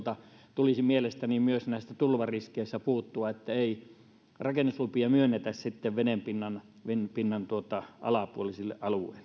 tulisi mielestäni myös näissä tulvariskeissä puuttua että ei rakennuslupia myönnetä sitten vedenpinnan vedenpinnan alapuolisille alueille